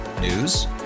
News